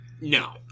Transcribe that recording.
No